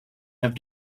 have